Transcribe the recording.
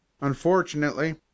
Unfortunately